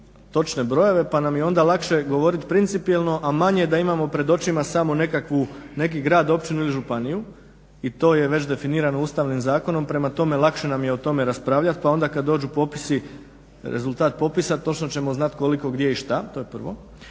to je prvo.